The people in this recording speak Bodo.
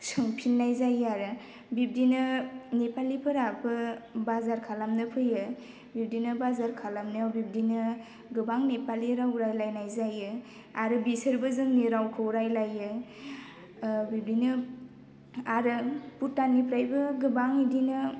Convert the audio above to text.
सोंफिननाय जायो आरो बिब्दिनो नेपालिफोराबो बाजार खालामनो फैयो बिब्दिनो बाजार खालामनायाव बिब्दिनो गोबां नेपालि राव रायलायनाय जायो आरो बिसोरबो जोंनि रावखौ रायलायो बिबदिनो आरो भुटाननिफ्रायबो गोबां बिदिनो